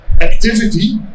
activity